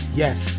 yes